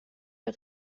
der